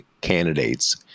candidates